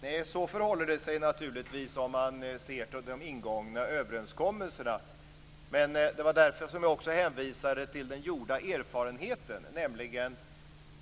Herr talman! Så förhåller det sig naturligtvis om man ser till de ingångna överenskommelserna. Det var därför som jag hänvisade till den gjorda erfarenheten.